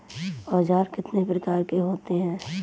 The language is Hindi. औज़ार कितने प्रकार के होते हैं?